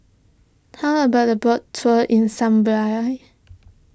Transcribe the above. how about a boat tour in Zambia